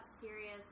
serious